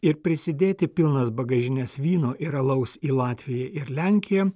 ir prisidėti pilnas bagažines vyno ir alaus į latviją ir lenkiją